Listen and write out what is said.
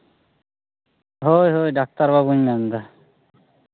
ᱦᱳᱭ ᱦᱳᱭ ᱰᱟᱠᱛᱟᱨ ᱵᱟᱹᱵᱩᱧ ᱢᱮᱱᱫᱟ